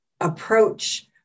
approach